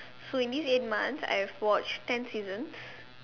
so in this eight months I have watched ten seasons